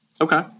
Okay